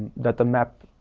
that the map